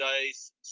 days